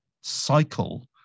cycle